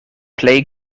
plej